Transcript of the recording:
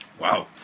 Wow